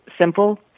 simple